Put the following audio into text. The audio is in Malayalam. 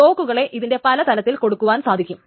ലോക്കുകളെ ഇതിന്റെ പല തലത്തിൽ കൊടുക്കുവാൻ സാധിക്കും